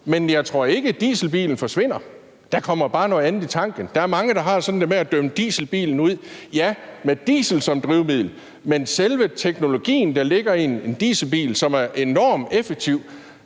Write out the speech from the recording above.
Men jeg tror ikke, dieselbilen forsvinder. Der kommer bare noget andet i tanken. Der er mange, der har det sådan med at dømme dieselbilen ude; altså med diesel som drivmiddel, men selve teknologien, der ligger i en dieselbil, som er enormt effektiv,